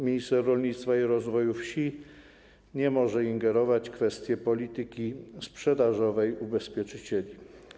Minister rolnictwa i rozwoju wsi nie może ingerować w kwestie polityki sprzedażowej ubezpieczycieli.